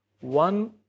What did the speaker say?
one